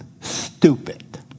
Stupid